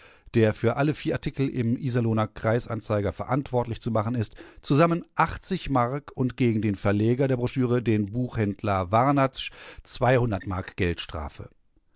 der für alle vier artikel im iserlohner kreisanzeiger verantwortlich zu machen ist zusammen mark und gegen den verleger der broschüre den buchhändler warnatzsch mark geldstrafe